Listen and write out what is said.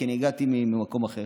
כי הגעתי ממקום אחר,